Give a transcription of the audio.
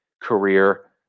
career